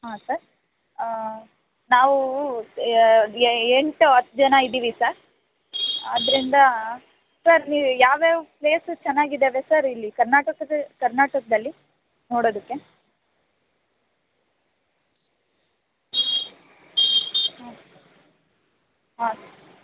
ಹಾಂ ಸರ್ ಆಂ ನಾವು ಎಂಟು ಹತ್ತು ಜನ ಇದ್ದೀವಿ ಸರ್ ಆದ್ದರಿಂದ ಸರ್ ನೀವು ಯಾವ್ಯಾವ ಪ್ಲೇಸಸ್ ಚೆನ್ನಾಗಿದಾವೆ ಸರ್ ಇಲ್ಲಿ ಕರ್ನಾಟಕದ ಕರ್ನಾಟಕದಲ್ಲಿ ನೋಡೋದಕ್ಕೆ ಹ್ಞೂ ಹಾಂ